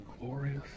glorious